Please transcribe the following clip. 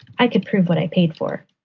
i could prove what i paid for.